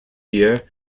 year